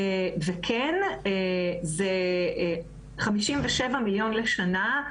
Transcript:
אלה 57 מיליון שקלים לשנה,